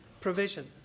provision